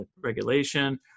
regulation